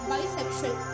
Bisexual